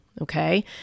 Okay